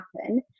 happen